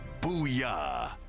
Booyah